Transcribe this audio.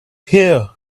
here